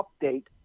update